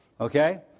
Okay